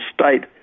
state